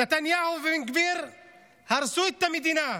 נתניהו ובן גביר הרסו את המדינה.